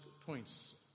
points